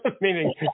meaning